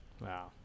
Wow